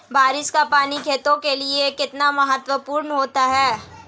बारिश का पानी खेतों के लिये कितना महत्वपूर्ण होता है?